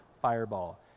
fireball